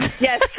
Yes